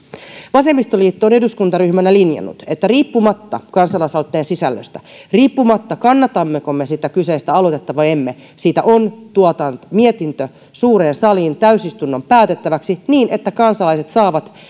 vasemmistoliitto on eduskuntaryhmänä linjannut että riippumatta kansalaisaloitteen sisällöstä riippumatta kannatammeko me sitä kyseistä aloitetta vai emme siitä on tuotava mietintö suureen saliin täysistunnon päätettäväksi niin että kansalaiset saavat